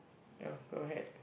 ya go ahead